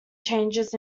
changes